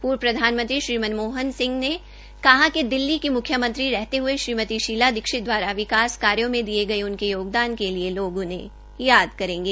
पूर्व प्रधानमंत्री श्री मनमोहन सिंह ने कहा कि दिल्ली की मुख्यमंत्री रहते हुए श्रीमती शीला दीक्षित द्वारा विकास कार्यों में दिये गए उनके योगदान के लिए लोग उन्हें याद करेंगे